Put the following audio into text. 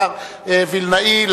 השר וילנאי,